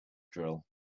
drill